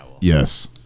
Yes